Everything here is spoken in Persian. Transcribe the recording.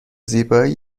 زیبایی